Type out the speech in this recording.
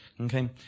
Okay